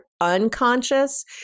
unconscious